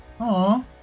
Aww